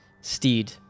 Steed